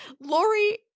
Lori